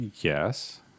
Yes